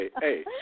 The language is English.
hey